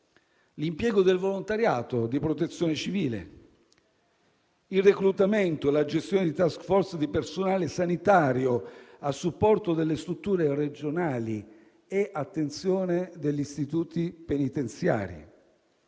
l'impiego del volontariato di Protezione civile; il reclutamento e la gestione di *task force* di personale sanitario a supporto delle strutture regionali e - attenzione - degli istituti penitenziari;